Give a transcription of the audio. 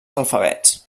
alfabets